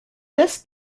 this